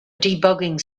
debugging